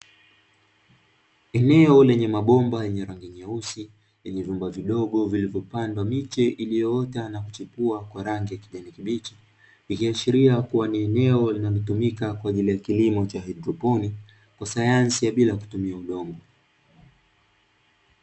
Eneo lenye mabomba yenye rangi nyeusi yenye vyumba vidogo vilivyopandwa miche iliyoota na kuchepua kwa rangi ya kijani kibichi, ikiashiria kuwa ni eneo linalotumika kwa ajili ya kilimo cha hydroponi kwa sayansi ya bila kutumia udongo.